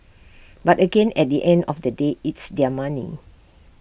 but again at the end of the day it's their money